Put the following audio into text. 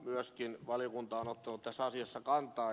myöskin valiokunta on ottanut tässä asiassa kantaa